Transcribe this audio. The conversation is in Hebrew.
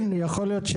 כן, יכול להיות.